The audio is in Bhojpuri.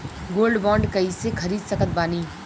गोल्ड बॉन्ड कईसे खरीद सकत बानी?